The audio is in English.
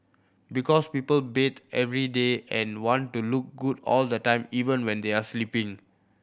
because people bath every day and want to look good all the time even when they are sleeping